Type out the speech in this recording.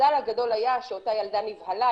המזל הגדול היה שאותה ילדה נבהלה,